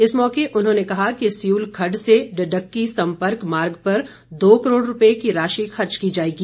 इस मौके उन्होंने कहा कि सियूल खड्ड से डडक्की संपर्क मार्ग पर दो करोड़ रुपए की राशि खर्च की जाएगी